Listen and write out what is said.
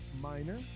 minor